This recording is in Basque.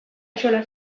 axola